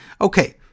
okay